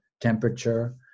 temperature